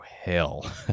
hell